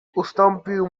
ustąpił